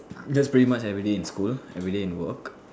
just pretty much everyday in school everyday in work